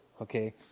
Okay